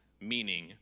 meaning